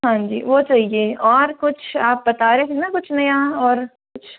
हाँ जी वो चहिए और कुछ आप बता रही थी ना कुछ नया और कुछ